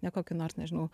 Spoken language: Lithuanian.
ne kokį nors nežinau